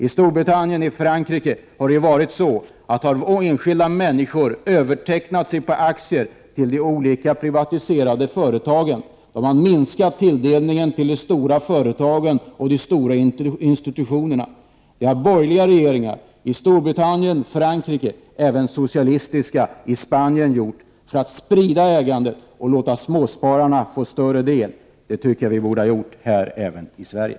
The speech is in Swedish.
I Storbritannien och Frankrike har det varit så att enskilda människor har övertecknat sig på aktier i de olika privatiserade företagen, och så har man minskat tilldelningen till de stora företagen och de stora institutionerna. Detta har de borgerliga regeringarna i Storbritannien och Frankrike och den socialistiska i Spanien gjort för att sprida ägandet och låta småspararna få större del. Det tycker jag att vi också borde ha gjort här i Sverige.